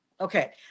okay